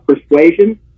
persuasion